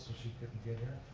she couldn't get here.